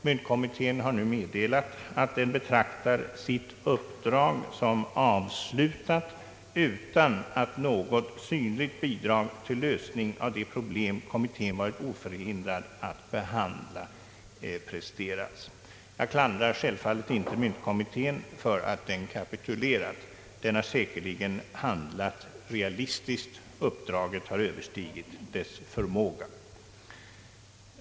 Myntkommittén har nu meddelat att den betraktar sitt uppdrag som avslutat, utan att något synligt bidrag till lösning av det problem kommittén varit oförhindrad att behandla har presterats. Jag klandrar självfallet inte myntkommittén för att den kapitulerat. Den har säkerligen handlat realistiskt. Uppdraget har överstigit dess förmåga.